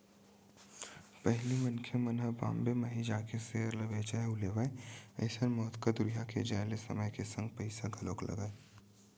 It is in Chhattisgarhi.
पहिली मनखे मन ह बॉम्बे म ही जाके सेयर ल बेंचय अउ लेवय अइसन म ओतका दूरिहा के जाय ले समय के संग पइसा घलोक लगय